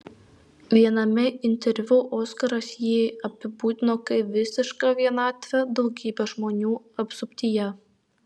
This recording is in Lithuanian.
viename interviu oskaras jį apibūdino kaip visišką vienatvę daugybės žmonių apsuptyje